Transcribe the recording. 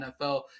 NFL